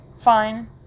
fine